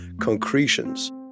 concretions